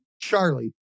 Charlie